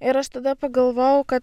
ir aš tada pagalvojau kad